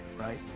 right